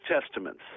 Testaments